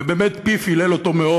ובאמת פיו הילל אותו מאוד.